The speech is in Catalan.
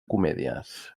comèdies